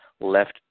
left